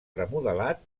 remodelat